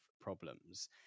problems